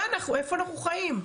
איפה אנחנו חיים?